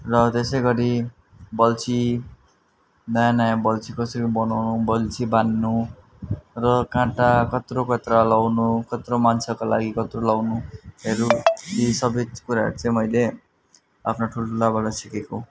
र त्यसै गरी बल्छी दाना बल्छी कसरी बनाउनु बल्छी बाँध्नु र काँटा कत्रो कत्रा लगाउनु कत्रो माछाको लागि कत्रो लगाउनहरू यी सबै कुराहरू चाहिँ मैले आफ्ना ठुल्ठुलाबाट सिकेको